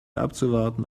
abzuwarten